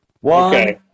One